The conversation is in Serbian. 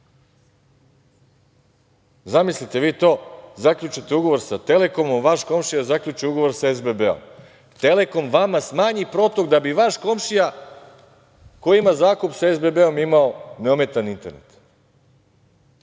upravu. Zamislite vi to, zaključite ugovor sa „Telekomom“, vaš komšija zaključi ugovor sa „SBB“. „Telekom“ vama smanji protok da bi vaš komšija koji ima zakup sa „SBB“ imao neometan internet.